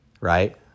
right